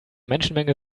menschenmenge